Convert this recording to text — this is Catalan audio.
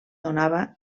donava